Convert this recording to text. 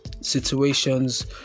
situations